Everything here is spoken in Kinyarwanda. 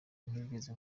ntigeze